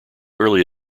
early